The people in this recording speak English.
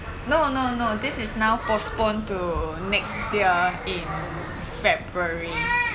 no no no this is now postponed to next year in february